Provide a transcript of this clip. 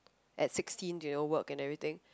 at sixteen to you know work and everything